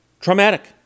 traumatic